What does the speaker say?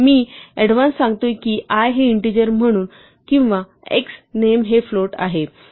मी advance सांगतोय की i हे इंटीजर म्हणून किंवा x नेम हे फ्लोट आहे